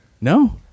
No